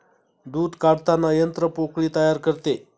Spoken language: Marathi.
दूध काढताना यंत्र पोकळी तयार करते